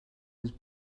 was